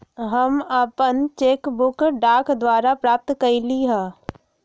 हम अपन cheque book डाक द्वारा प्राप्त कईली ह